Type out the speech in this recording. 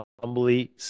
humbly